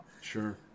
Sure